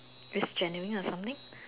is genuine or something